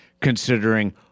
considering